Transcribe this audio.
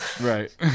Right